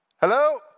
Hello